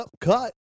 cut